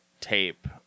tape